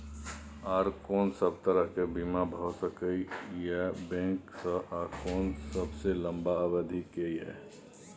आर कोन सब तरह के बीमा भ सके इ बैंक स आ कोन सबसे लंबा अवधि के ये?